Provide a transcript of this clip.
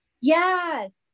yes